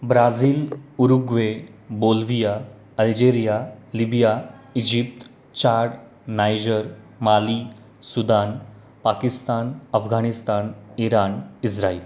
Brazil Uruguay Bolivia Algeria Libya Egypt Chad Niger Mali Sudan Pakistan Afghanistan Iran Israel